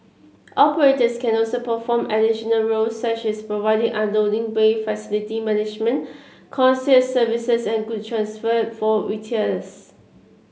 operators can also perform additional roles such as providing unloading bay facility management concierge services and goods transfer for retailers